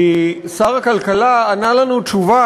כי שר הכלכלה ענה לנו תשובה,